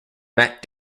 matt